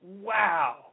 Wow